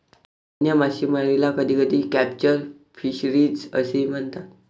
वन्य मासेमारीला कधीकधी कॅप्चर फिशरीज असेही म्हणतात